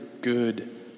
good